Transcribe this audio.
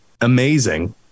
amazing